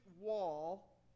wall